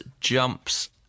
jumps